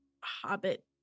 Hobbit